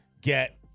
get